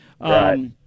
Right